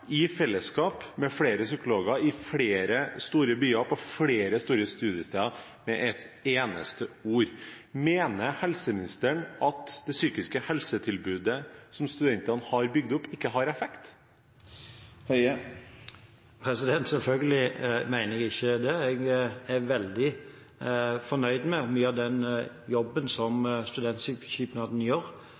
i fellesskap, med flere psykologer, i flere store byer, på flere store studiesteder, med ett eneste ord. Mener helseministeren at det psykiske helsetilbudet som studentene har bygget opp, ikke har effekt? Selvfølgelig mener jeg ikke det. Jeg er veldig fornøyd med mye av den jobben som studentsamskipnaden gjør